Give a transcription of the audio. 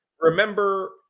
Remember